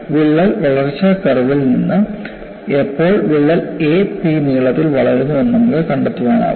വിള്ളൽ വളർച്ചാ കർവ്ൽ നിന്ന് എപ്പോൾ വിള്ളൽ a p നീളത്തിൽ വളരുന്നു എന്ന് നമുക്ക് കണ്ടെത്താനാകും